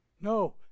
No